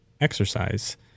exercise